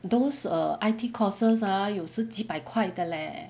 those err I_T courses ah 有时几百块的 leh